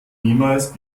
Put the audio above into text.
niemals